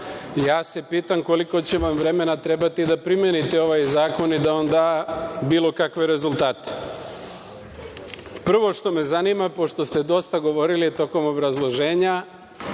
ja se pitam koliko će vam vremena trebati da primenite ovaj zakon i on da bilo kakve rezultate. Prvo što me zanima, pošto ste dosta govorili tokom obrazloženja